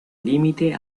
límite